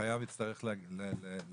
החייב יצטרך לעדכן.